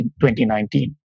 2019